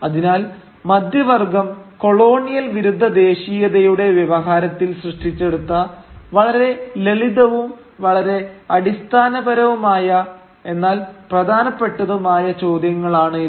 അതിനാൽ മധ്യവർഗ്ഗം കൊളോണിയൽ വിരുദ്ധ ദേശീയതയുടെ വ്യവഹാരത്തിൽ സൃഷ്ടിച്ചെടുത്ത വളരെ ലളിതവും വളരെ അടിസ്ഥാനപരവുമായ എന്നാൽ പ്രധാനപ്പെട്ടതുമായ ചോദ്യങ്ങളാണ് ഇവ